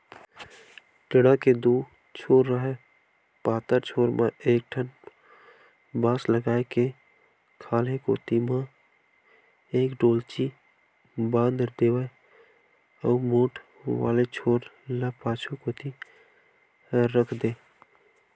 टेंड़ा के दू छोर राहय पातर छोर म एक ठन बांस लगा के खाल्हे कोती म एक डोल्ची बांध देवय अउ मोठ वाले छोर ल पाछू कोती रख देय